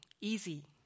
Easy